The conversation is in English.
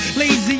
lazy